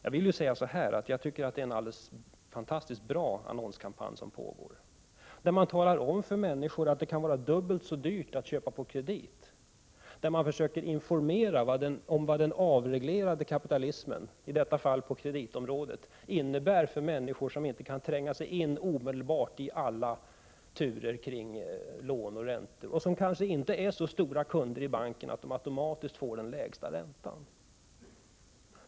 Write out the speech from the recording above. Jag vill säga att det är en alldeles fantastiskt bra annonskampanj som pågår. Den talar om för människor att det kan vara dubbelt så dyrt att köpa på kredit. Den försöker tala om vad den oreglerade kapitalismen — i detta fall på kreditområdet — innebär för människor som inte omedelbart kan tränga in i alla turer kring lån och räntor, och som kanske inte är så stora kunder i banken att de automatiskt får den lägsta räntan.